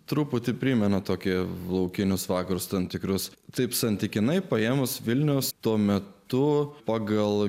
truputį primena tokį laukinius vakarus tam tikrus taip santykinai paėmus vilniaus tuo metu pagal